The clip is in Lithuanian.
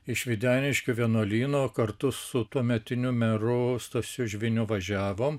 iš videniškių vienuolyno kartu su tuometiniu meru stasiu žviniu važiavom